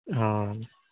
ହଁ